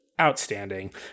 Outstanding